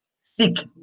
Seek